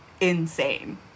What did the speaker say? Insane